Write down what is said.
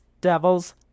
Devils